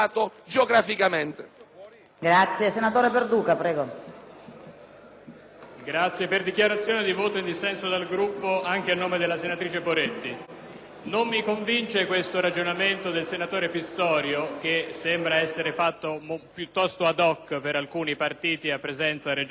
in dichiarazione di voto in dissenso dal Gruppo, anche a nome della senatrice Poretti. Non mi convince il ragionamento del senatore Pistorio, che sembra essere fatto piuttosto *ad hoc* per alcuni partiti a presenza regionale, anche se non